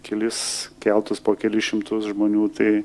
kelis keltus po kelis šimtus žmonių tai